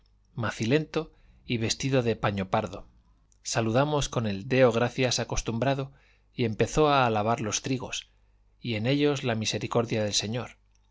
ella macilento y vestido de paño pardo saludamos con el deo gracias acostumbrado y empezó a alabar los trigos y en ellos la misericordia del señor